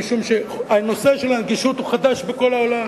משום שהנושא של הנגישות הוא חדש בכל העולם.